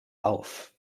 auf